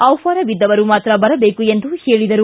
ಆಹ್ವಾನವಿದ್ದವರು ಮಾತ್ರ ಬರಬೇಕು ಎಂದು ಹೇಳಿದರು